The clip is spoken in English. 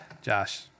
Josh